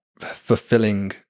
fulfilling